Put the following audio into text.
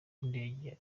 indege